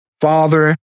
father